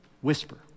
whisper